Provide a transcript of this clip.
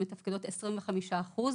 מתפקדות ב-25 אחוז.